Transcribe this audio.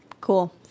Cool